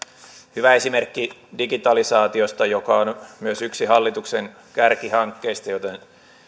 hyvä esimerkki digitalisaatiosta joka on myös yksi hallituksen kärkihankkeista joten